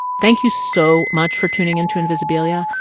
thank you so much for tuning in to invisibilia.